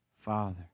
Father